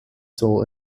soul